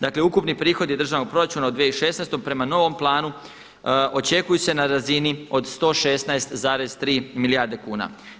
Dakle, ukupni prihodi državnog proračuna od 2016. prema novom planu očekuju se na razini od 116,3 milijarde kuna.